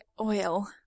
Oil